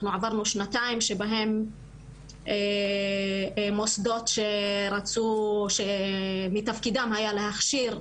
אנחנו עברנו שנתיים שבהן במוסדות שמתפקידם היה להכשיר,